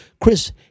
Chris